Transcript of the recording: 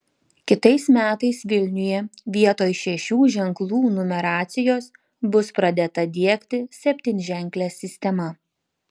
kitais metais vilniuje vietoj šešių ženklų numeracijos bus pradėta diegti septynženklė sistema